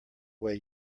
way